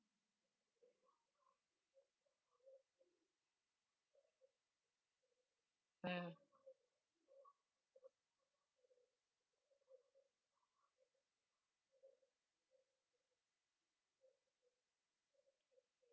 mm